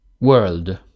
world